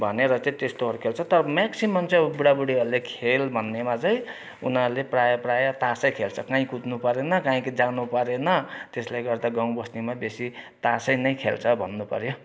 भनेर चाहिँ त्यस्तोहरू खेल्छ तर म्याक्सिमम चाहिँ अब बुढाबुढीहरूले खेल भन्नेमा चाहिँ उनीहरूले प्रायः प्रायः तासै खेल्छ कहीँ कुद्नु परेन कहीँ जानु परेन त्यसले गर्दा गाउँ बस्तीमा बेसी तासै नै खेल्छ भन्नु पर्यो